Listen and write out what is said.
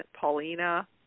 Paulina